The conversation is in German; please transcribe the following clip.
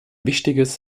wichtiges